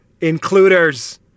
includers